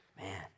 man